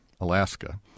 Alaska